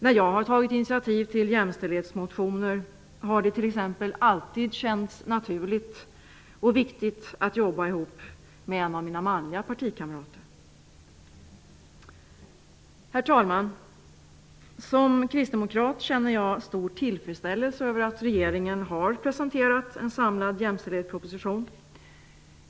När jag har tagit initiativ till jämställdhetsmotioner har det t.ex. alltid känts naturligt och viktigt att jobba ihop med någon av mina manliga partikamrater. Herr talman! Som kristdemokrat känner jag stor tillfredsställelse över att regeringen har presenterat en samlad jämställdhetsproposition.